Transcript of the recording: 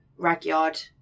ragyard